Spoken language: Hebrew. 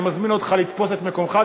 אני מזמין אותך לתפוס את מקומך,